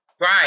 Right